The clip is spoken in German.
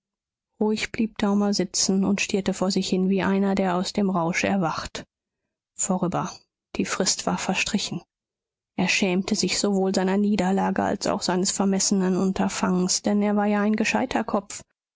ruhig blieb daumer sitzen und stierte vor sich hin wie einer der aus dem rausch erwacht vorüber die frist war verstrichen er schämte sich sowohl seiner niederlage als auch seines vermessenen unterfangens denn er war ja ein gescheiter kopf